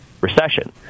Recession